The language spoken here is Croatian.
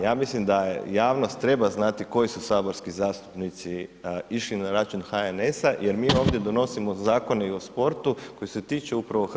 Ja mislim da je javnost treba znati koji su saborski zastupnici išli na račun HNS-a jer mi ovdje donosimo zakone i o sportu koji se tiču upravo HNS-a.